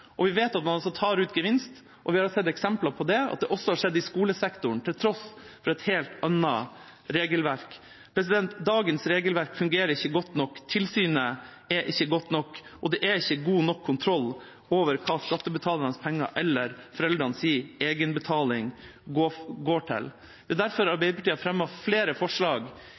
og vi vet at man tar ut gevinst. Og vi har sett eksempler på at det også har skjedd i skolesektoren – til tross for et helt annet regelverk. Dagens regelverk fungerer ikke godt nok. Tilsynet er ikke godt nok. Og det er ikke god nok kontroll med hva verken skattebetalernes penger eller foreldrenes egenbetaling går til. Derfor har Arbeiderpartiet fremmet flere forslag det siste året i denne salen som dessverre har